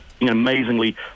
amazingly